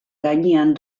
gainean